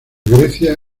grecia